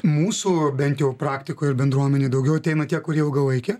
mūsų bent jau praktikoj ir bendruomenėj daugiau ateina tie kurie ilgalaikė